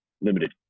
limited